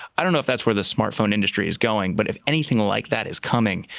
i don't know if that's where the smartphone industry is going. but if anything like that is coming,